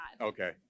Okay